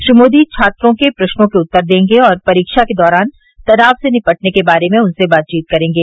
श्री मोदी छात्रों के प्रश्नों के उत्तर देंगे और परीक्षा के दौरान तनाव से निपटने के बारे में उनसे बातचीत करेंगे